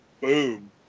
boom